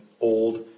Old